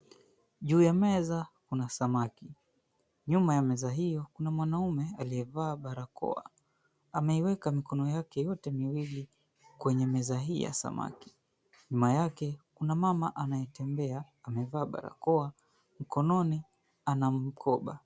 Juu ya meza kuna samaki. Nyuma ya meza hiyo kuna mwanaume aliyevaa barakoa. Ameiweka mikono yake yote miwili kwenye meza hii ya samaki. Nyuma yake kuna mama anayetembea amevaa barakoa, mkononi ana mkoba.